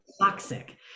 toxic